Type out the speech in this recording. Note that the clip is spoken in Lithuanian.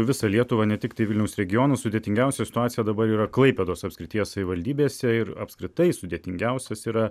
visą lietuvą ne tiktai vilniaus regioną sudėtingiausia situacija dabar yra klaipėdos apskrities savivaldybėse ir apskritai sudėtingiausios yra